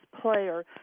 player